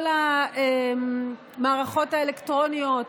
כל המערכות האלקטרוניות,